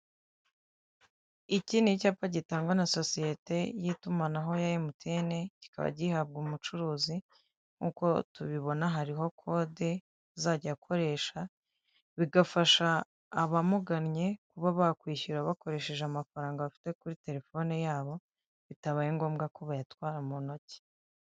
Iki ni icyapa gitangwa na sosiyete y'itumanaho ya emutiyene, kikaba gihabwa umucuruzi nkuko tubibona hariho kode azajya akoresha, bigafasha abamugannye kuba bakwishyura bakoresheje amafaranga bafite kuri telefone yabo, bitabaye ngombwa ko bayatwara mu ntoki.